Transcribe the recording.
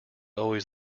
always